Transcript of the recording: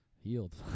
Healed